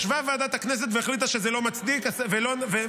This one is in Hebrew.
ישבה ועדת הכנסת והחליטה שזה לא מצדיק ונתנה